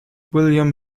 william